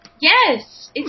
Yes